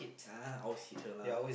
ah always hit her lah